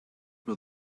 will